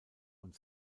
und